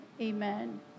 amen